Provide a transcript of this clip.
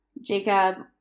Jacob